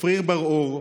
צפריר בר אור,